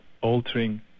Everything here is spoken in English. altering